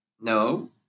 No